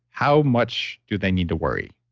how much do they need to worry?